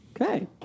Okay